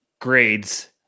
Grades